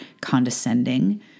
condescending